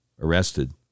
arrested